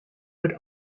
would